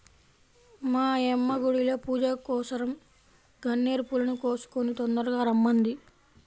మా యమ్మ గుడిలో పూజకోసరం గన్నేరు పూలను కోసుకొని తొందరగా రమ్మంది